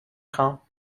خواهم